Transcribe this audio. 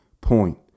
point